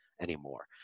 anymore